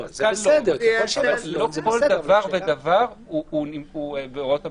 לא כל דבר ודבר הוא בהוראות המנהל.